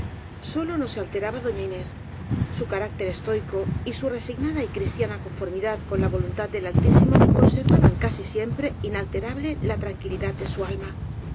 sólo no se alteraba doña inés su carácter estoico y su resignada y cristiana conformidad con la voluntad del altísimo conser vaban casi siempre inalterable la tranquilidad de su alma